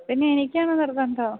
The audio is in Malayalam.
പിന്നെ എനിക്കാണോ നിർബന്ധം